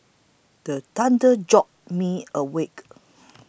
the thunder jolt me awake